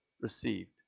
received